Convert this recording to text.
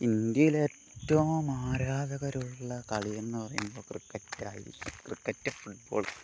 ഇന്ത്യയിലേറ്റവും ആരാധകരുള്ള കളിയെന്നു പറയുമ്പോൾ ക്രിക്കറ്റായിരിക്കും ക്രിക്കറ്റ് ഫുട് ബോൾ